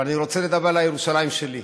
אבל אני רוצה לדבר על ירושלים שלי,